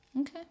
Okay